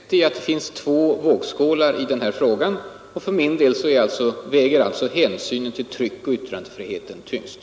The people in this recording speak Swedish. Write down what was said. Herr talman! Jag håller med fru Kristensson om att det finns två vågskålar i den här frågan. För mig väger alltså hänsynen till tryckoch yttrandefriheten tyngst.